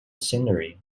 scenery